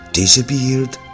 disappeared